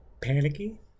panicky